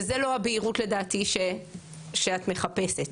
וזה לא הבהירות לדעתי שאת מחפשת.